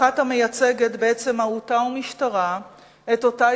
ואחת מייצגת בעצם מהותה ומשטרה את אותה